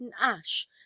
ash